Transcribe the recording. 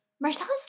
Marcellus